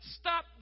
Stop